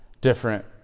different